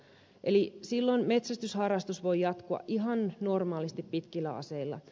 eli silloin metsästysharrastus voi jatkua ihan normaalisti pitkillä aseilla